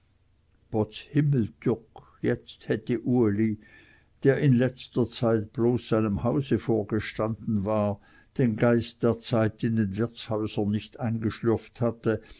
himmeltürk jetzt hätte uli der in letzter zeit bloß seinem hause vorgestanden war den geist der zeit in den wirtshäusern nicht eingeschlürft hatte